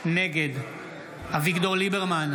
נגד אביגדור ליברמן,